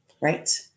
Right